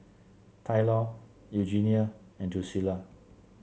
Tylor Eugenia and Drucilla